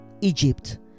egypt